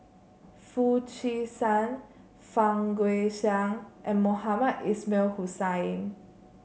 Foo Chee San Fang Guixiang and Mohamed Ismail Hussain